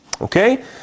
Okay